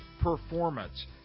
performance